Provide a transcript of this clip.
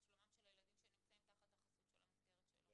שלום הילדים שנמצאים תחת חסות המסגרת שלו.